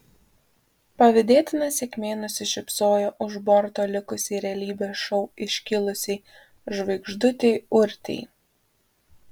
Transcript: pavydėtina sėkmė nusišypsojo už borto likusiai realybės šou iškilusiai žvaigždutei urtei